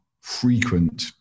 frequent